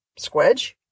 Squedge